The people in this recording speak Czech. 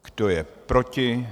Kdo je proti?